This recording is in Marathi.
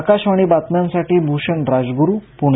आकाशवाणी बातम्यांसाठी भूषण राजगरू पुणे